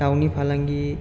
दावनि फालांगि